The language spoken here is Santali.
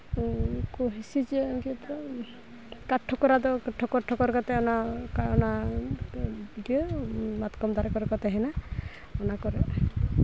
ᱩᱱᱠᱩ ᱦᱤᱸᱥᱤ ᱪᱮᱬᱮ ᱫᱚ ᱠᱟᱴᱷ ᱴᱷᱚᱠᱨᱟ ᱫᱚ ᱴᱷᱚᱠᱚᱨ ᱴᱷᱚᱠᱚᱨ ᱠᱟᱛᱮᱫ ᱚᱱᱟ ᱚᱱᱟ ᱤᱭᱟᱹ ᱢᱟᱛᱠᱚᱢ ᱫᱟᱨᱮ ᱠᱚᱨᱮᱫ ᱠᱚ ᱛᱟᱦᱮᱱᱟ ᱚᱱᱟ ᱠᱚᱨᱮᱫ